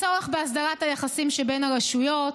על הצורך בהסדרת היחסים שבין הרשויות,